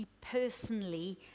personally